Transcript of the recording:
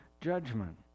judgment